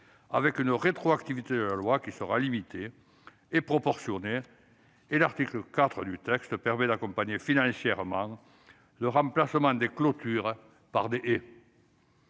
avec une rétroactivité de la loi limitée et proportionnée. L'article 4 du texte permet d'accompagner financièrement le remplacement des clôtures par des haies.